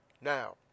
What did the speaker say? Now